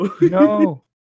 no